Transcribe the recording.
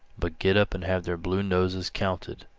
but get up and have their blue noses counted.